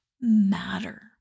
matter